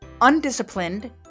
Undisciplined